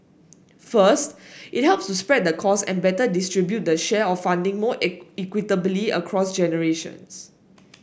first it helps to spread the cost and better distribute the share of funding more equitably across generations